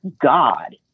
God